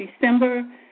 December